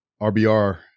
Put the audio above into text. RBR